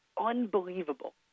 unbelievable